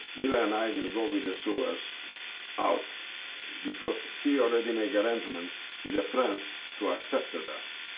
mila and i will go with the sewers out because he already make arrangement with friends to accepted us.